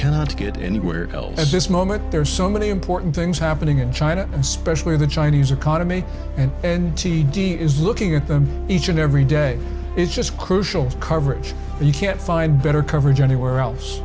cannot get anywhere at this moment there are so many important things happening in china especially the chinese economy and d is looking at them each and every day is just crucial coverage and you can't find better coverage anywhere else